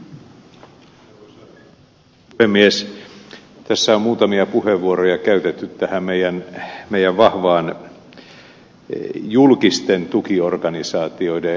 tässä on muutamia puheenvuoroja käytetty tähän meidän vahvaan julkisten tukiorganisaatioiden rintamaan